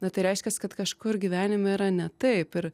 na tai reiškias kad kažkur gyvenime yra ne taip ir